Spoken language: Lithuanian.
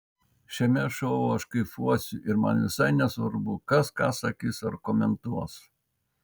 šiame šou aš kaifuosiu ir man visai nesvarbu kas ką sakys ar komentuos